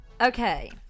okay